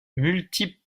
multi